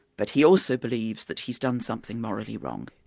but he also believes that he's done something morally wrong.